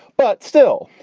but still,